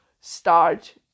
start